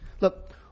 Look